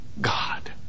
God